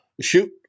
shoot